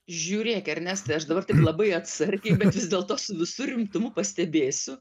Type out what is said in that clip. žiūrėk ernestai aš dabar taip labai atsargiai bet vis dėlto su visu rimtumu pastebėsiu